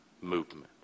movement